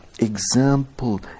example